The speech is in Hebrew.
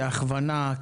כהכוונה,